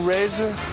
Razor